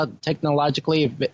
technologically